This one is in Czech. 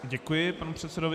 Děkuji panu předsedovi.